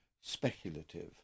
speculative